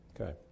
okay